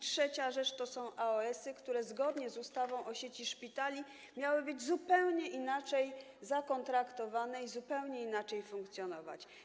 Trzecia rzecz to są AOS-y, które zgodnie z ustawą o sieci szpitali miały być zupełnie inaczej zakontraktowane i miały zupełnie inaczej funkcjonować.